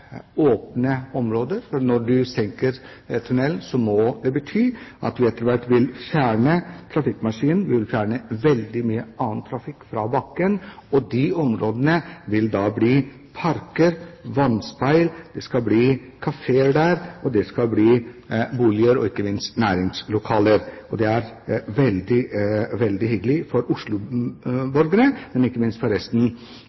åpne områder – for når man senker tunnelen, må det bety at vi etter hvert vil fjerne trafikkmaskinen. Vi vil fjerne veldig mye annen trafikk på bakken, og de områdene vil da bli parker, vannspeil – det skal bli kafeer der, og det skal bli boliger og ikke minst næringslokaler. Det er det veldig hyggelig for